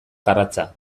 garratza